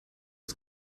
ist